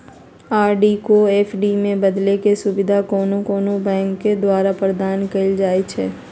RD को FD में बदलेके सुविधा कोनो कोनो बैंके द्वारा प्रदान कएल जाइ छइ